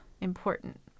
important